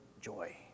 joy